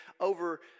over